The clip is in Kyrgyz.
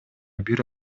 бир